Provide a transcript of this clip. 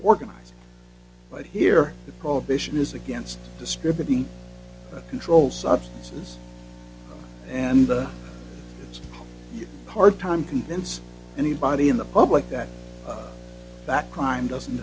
organize but here the prohibition is against distributing controlled substances and a hard time convincing anybody in the public that that crime doesn't